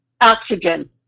oxygen